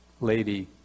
lady